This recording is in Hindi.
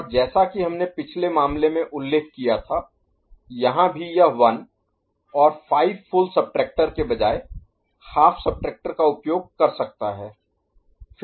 और जैसा कि हमने पिछले मामले में उल्लेख किया था यहाँ भी यह 1 और 5 फुल सब्ट्रैक्टर के बजाय हाफ सब्ट्रैक्टर का उपयोग कर सकता है